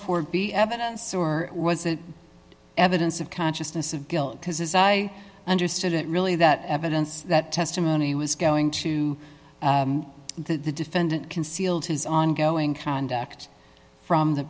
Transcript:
four be evidence or was it evidence of consciousness of guilt because as i understood it really that evidence that testimony was going to that the defendant concealed his ongoing conduct from the